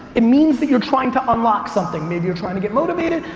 it means that you're trying to unlock something. maybe you're trying to get motivated,